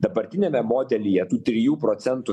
dabartiniame modelyje tų trijų procentų